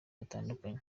batandukanye